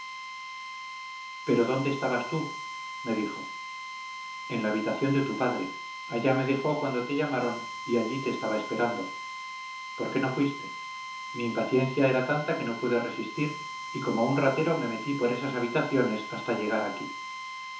pero dónde estabas tú me dijo en la habitación de tu padre allá me dejó cuando te llamaron y allí te estaba esperando por qué no fuiste mi impaciencia era tanta que no pude resistir y como un ratero me metí por esas habitaciones hasta llegar aquí